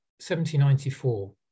1794